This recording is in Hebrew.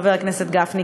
חבר הכנסת גפני,